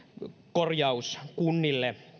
korjaus kunnille